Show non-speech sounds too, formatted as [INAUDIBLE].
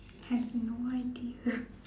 I have no idea [LAUGHS]